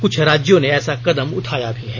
कुछ राज्यों ने ऐसा कदम उठाया भी है